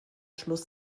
schluss